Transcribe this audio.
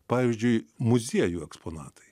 pavyzdžiui muziejų eksponatai